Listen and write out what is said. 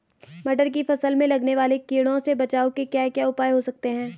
मटर की फसल में लगने वाले कीड़ों से बचाव के क्या क्या उपाय हो सकते हैं?